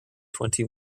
twenty